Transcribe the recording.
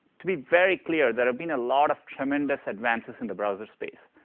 to be very clear, there have been a lot of tremendous advances in the browser space.